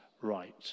right